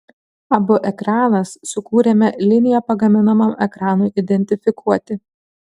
ab ekranas sukūrėme liniją pagaminamam ekranui identifikuoti